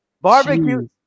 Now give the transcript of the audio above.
barbecue